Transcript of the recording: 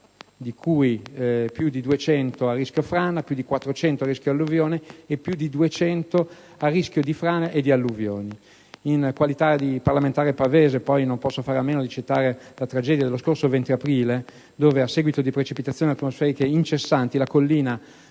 di cui ben più di 200 sono a rischio frana, più di 400 a rischio alluvione e più di 200 a rischio frana e alluvione. In qualità di parlamentare pavese, non posso fare a meno di citare la tragedia dello scorso 20 aprile, dove, a seguito di precipitazioni atmosferiche incessanti, la collina